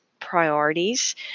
priorities